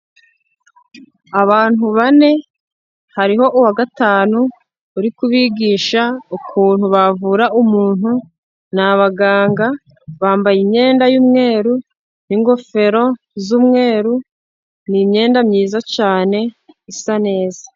Abantu bane, hariho uwa gatanu uri kubigisha ukuntu bavura umuntu. Ni abaganga bambaye imyenda yumweru, ingofero z'umweru, ni imyenda myiza cyane isa neza.